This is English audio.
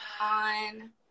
on